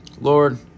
Lord